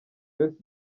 best